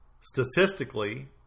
statistically